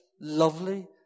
lovely